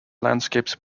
landscapes